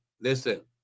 listen